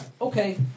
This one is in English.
Okay